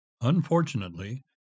Unfortunately